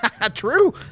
True